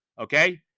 okay